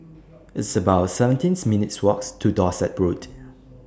It's about seventeenth minutes' Walk to Dorset Road